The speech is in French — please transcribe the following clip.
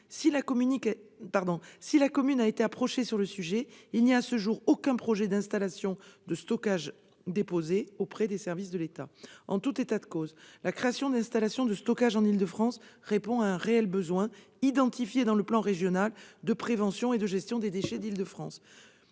si la commune a été approchée sur le sujet, il n'y a, à ce jour, aucun projet d'installation de stockage déposé auprès des services de l'État. En tout état de cause, la création d'installations de stockage en Île-de-France répond à un réel besoin, identifié dans le plan régional de prévention et de gestion des déchets d'Île-de-France.